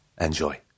Enjoy